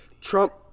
Trump